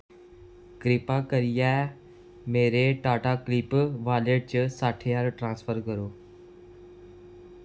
कृपा करियै मेरे टाटाक्लिक वालेट च सट्ठ ज्हार ट्रांसफर करो